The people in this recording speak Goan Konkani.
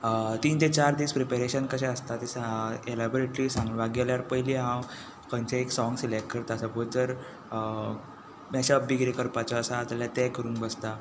तीन ते चार दीस प्रिपेरेशन कशे आसता तें एलेबिरेटली सांगपाक गेल्यार कशे आसता पयली हांव कसलेंय सोंग सिलेक्ट करता सपोज जर मॅशअप बी किदेंय करपाचें आसा जाल्यार तें करूंक बसता